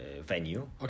venue